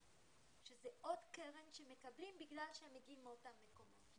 שזה עוד קרן שמקבלים בגלל שהם מגיעים מאותם מקומות.